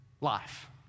life